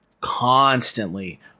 constantly